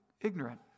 ignorant